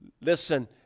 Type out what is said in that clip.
Listen